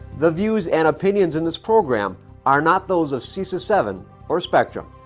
the views and opinions in this program are not those of cesa seven or spectrum.